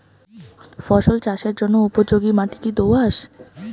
ফসল চাষের জন্য উপযোগি মাটি কী দোআঁশ?